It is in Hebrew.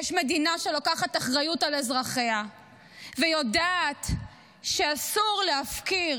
יש מדינה שלוקחת אחריות על אזרחיה ויודעת שאסור להפקיר